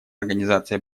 организации